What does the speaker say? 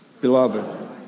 Beloved